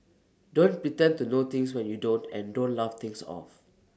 don't pretend to know things when you don't and don't laugh things off